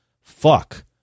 fuck